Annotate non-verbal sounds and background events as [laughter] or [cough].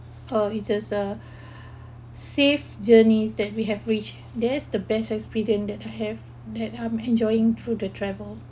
oh it just a [breath] safe journeys that we have reached there is the best experience that I have that I'm enjoying through the travel